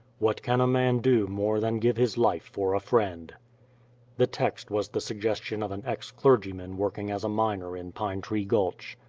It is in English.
what can a man do more than give his life for a friend the text was the suggestion of an ex-clergyman working as a miner in pine tree gulch.